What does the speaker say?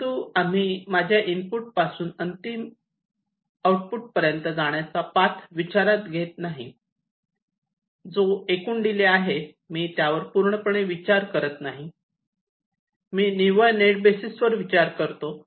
परंतु आम्ही माझ्या इनपुटपासून माझ्या अंतिम आउटपुट पर्यंत जाण्याचा पाथ विचारात घेत नाही जो एकूण डिले आहे मी यावर पूर्णपणे विचार करत नाही मी निव्वळ नेट बेसिसवर विचार करतो